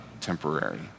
temporary